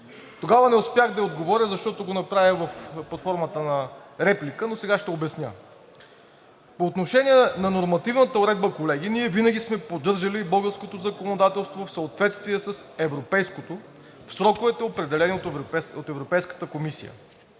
Тогава не успях да ѝ отговоря, защото го направи под формата на реплика, но сега ще обясня. По отношение на нормативната уредба, колеги, ние винаги сме поддържали българското законодателство в съответствие с европейското в сроковете, определени от Европейската комисия.